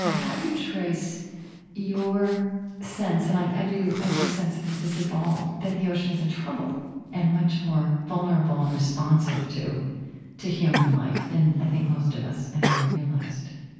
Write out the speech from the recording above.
how do you trace your sense and i i do ah do sense that this evolved that the ocean is in trouble and much more vulnerable and responsive to to human life than, i think, most of us anyway, realized?